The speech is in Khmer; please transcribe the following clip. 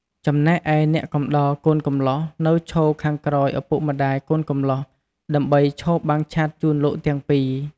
ចំណែកឯអ្នកកំដរកូនកំលោះនៅឈរខាងក្រោយឪពុកម្តាយកូនកំលោះដើម្បីឈរបាំងឆ័ត្រជូនលោកទាំង២។